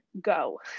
go